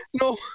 no